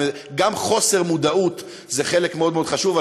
גם מודעות זה חלק מאוד מאוד חשוב,